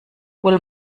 will